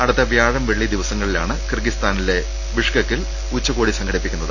അടുത്ത വ്യാഴം വെള്ളി ദിവസ ങ്ങളിലാണ് കിർഗിസ്ഥാനിലെ ബിഷ്കെക്കിൽ ഉച്ചകോടി സംഘടിപ്പി ക്കുന്നത്